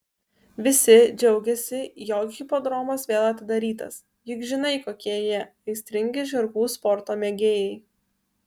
visi džiaugiasi jog hipodromas vėl atidarytas juk žinai kokie jie aistringi žirgų sporto mėgėjai